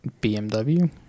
BMW